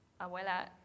abuela